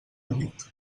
llit